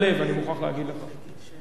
בבקשה, חבר הכנסת שי, שלוש דקות.